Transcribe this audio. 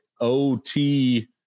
OT